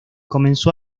comenzó